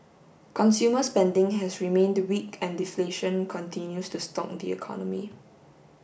consumer spending has remained weak and deflation continues to stalk the economy